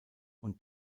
und